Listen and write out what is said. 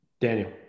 Daniel